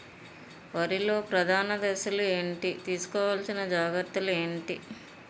వరిలో ప్రధాన దశలు ఏంటి? తీసుకోవాల్సిన జాగ్రత్తలు ఏంటి?